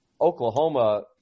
Oklahoma